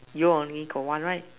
your only got one right